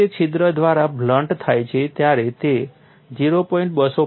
જ્યારે તે છિદ્ર દ્વારા બ્લન્ટ થાય છે ત્યારે તે 0